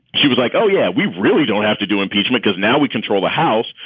she was like, oh, yeah, we really don't have to do impeachment because now we control the house.